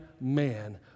man